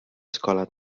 escola